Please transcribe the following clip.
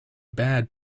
bad